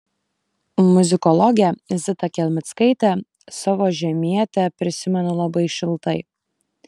muzikologę zita kelmickaitę savo žemietę prisimenu labai šiltai